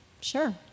sure